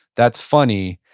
that's funny.